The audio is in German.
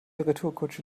retourkutsche